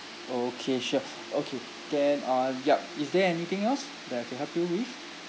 okay sure okay then uh yup is there anything else that I can help you with